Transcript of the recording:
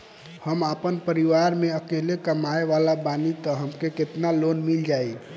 हम आपन परिवार म अकेले कमाए वाला बानीं त हमके केतना लोन मिल जाई?